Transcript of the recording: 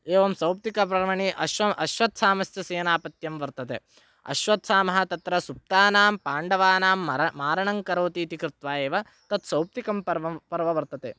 एवं सौप्तिकपर्वणि अश्व अश्वत्थाम्नः सेनापत्यं वर्तते अश्वत्थामा तत्र सुप्तानां पाण्डवानां मरण मारणं करोति इति कृत्वा एव तत् सौप्तिकं पर्व पर्व वर्तते